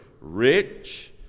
rich